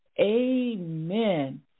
Amen